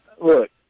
look